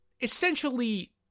essentially